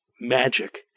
magic